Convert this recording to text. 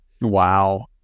Wow